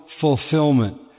fulfillment